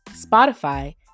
Spotify